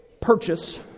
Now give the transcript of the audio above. purchase